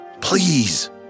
Please